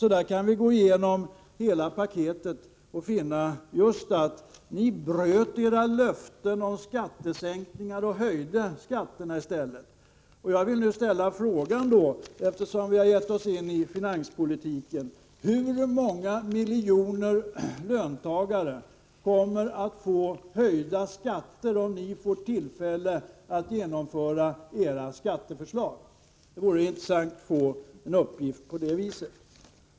Så där kan vi gå igenom hela paketet och finna just att ni bröt era löften om skattesänkningar och i stället höjde skatterna. Jag vill nu ställa frågan — eftersom vi har gett oss in på finanspolitiken: Hur många miljoner löntagare kommer att få höjda skatter om ni får tillfälle att genomföra era skatteförslag? Det vore intressant att få en uppgift på det.